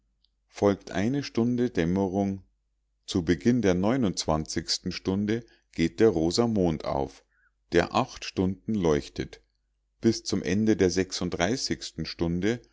folgt eine stunde dämmerung zu beginn der stunde geht der rosa mond auf der acht stunden leuchtet bis zum ende der stunde